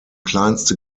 kleinste